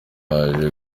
yaje